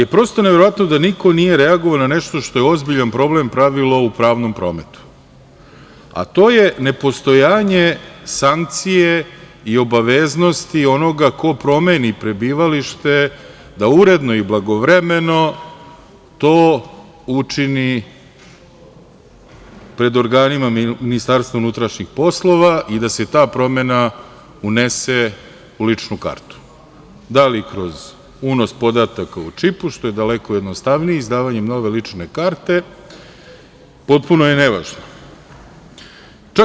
Ali, prosto je neverovatno da niko nije reagovao na nešto što je ozbiljan problem pravilo u pravnom prometu, a to je nepostojanje sankcije i obaveznosti onoga ko promeni prebivalište da uredno i blagovremeno to učini pred organima MUP-a i da se ta promena unese u ličnu kartu, da li kroz unos podataka u čipu, što je daleko jednostavnije, izdavanjem nove lične karte, potpuno je nevažno.